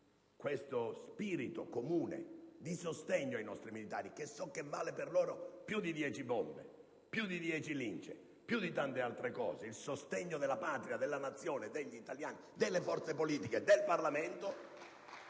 questo spirito comune di sostegno ai nostri militari, che so che vale per loro più di dieci bombe, più di dieci Lince, più di tante altre cose. Mi riferisco al sostegno della Patria, della Nazione, degli italiani, del Parlamento